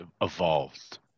evolved